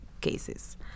cases